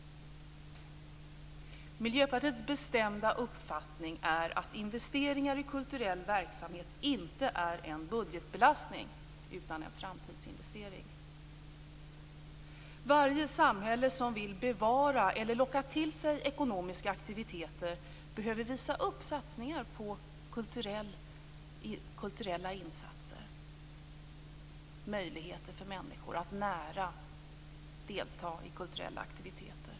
Vi i Miljöpartiet har den bestämda uppfattningen att investeringar i kulturell verksamhet inte är en budgetbelastning utan en framtidsinvestering. Varje samhälle som vill bevara eller locka till sig ekonomiska aktiviteter behöver visa upp satsningar på kulturella insatser, på möjligheter för människor att nära delta i kulturella aktiviteter.